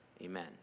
Amen